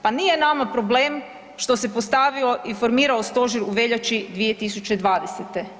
Pa nije nama problem što se postavio i formirao Stožer u veljači 2020.